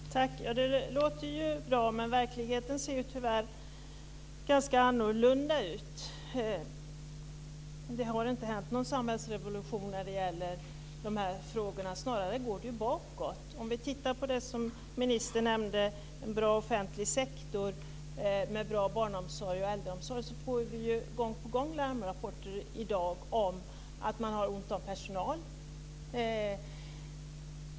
Herr talman! Det låter bra. Men verkligheten ser tyvärr ganska annorlunda ut. Det har inte hänt någon samhällsrevolution när det gäller dessa frågor. Snarare går det bakåt. Ministern nämnde en bra offentlig sektor med bra barn och äldreomsorg. Vi får i dag gång på gång larmrapporter om att det är ont om personal.